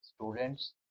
students